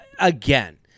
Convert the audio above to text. again